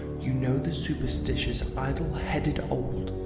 you know the superstitious idle-headed old,